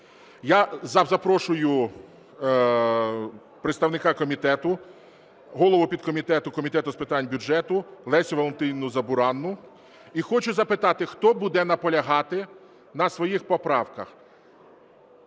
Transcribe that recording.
Я запрошую представника комітету, голову підкомітету Комітету з питань бюджету Лесю Валентинівну Забуранну і хочу запитати, хто буде наполягати на своїх поправках.